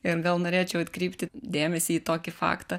ir gal norėčiau atkreipti dėmesį į tokį faktą